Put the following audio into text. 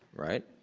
right.